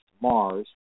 Mars